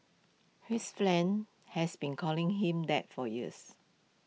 his friends has been calling him that for years